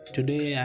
Today